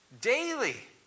daily